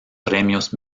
premios